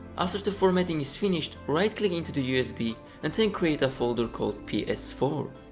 after the formatting is finished, right click into the usb and then create a folder called p s four,